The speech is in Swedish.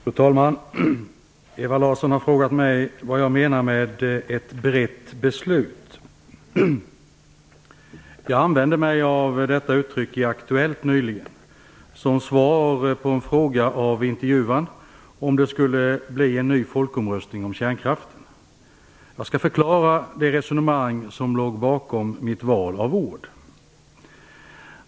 Fru talman! Ewa Larsson har frågat mig vad jag menar med ett brett beslut. Jag använde mig av detta uttryck i Aktuellt nyligen som svar på en fråga av intervjuaren om det skulle bli en ny folkomröstning om kärnkraften. Jag skall förklara det resonemang som låg bakom mitt val av ord.